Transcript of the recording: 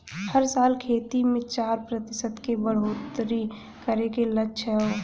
हर साल खेती मे चार प्रतिशत के बढ़ोतरी करे के लक्ष्य हौ